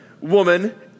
woman